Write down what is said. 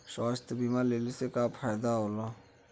स्वास्थ्य बीमा लेहले से का फायदा होला?